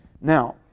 Now